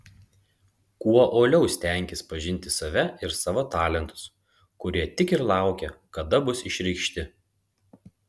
kuo uoliau stenkis pažinti save ir savo talentus kurie tik ir laukia kada bus išreikšti